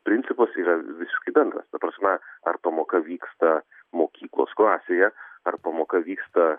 principas yra visiškai bendras ta prasme ar pamoka vyksta mokyklos klasėje ar pamoka vyksta